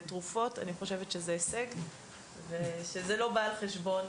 בתרופות אני חושבת שזה הישג ושזה לא בא על חשבון